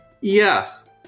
Yes